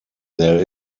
there